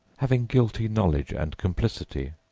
having guilty knowledge and complicity,